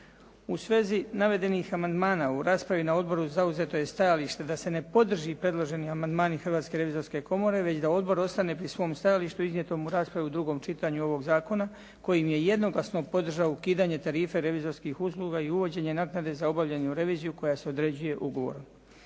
U svezi navedenih amandmana u raspravi na odboru zauzeto je stajalište da se ne podrže amandmani Hrvatske revizorske komore već da odbor ostane pri svom stajalištu iznijetom u raspravi u drugom čitanju ovog zakona kojim je jednoglasno podržao ukidanje tarife revizorskih usluga i uvođenje naknade za obavljenu reviziju koja se određuje ugovorom.